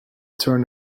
turn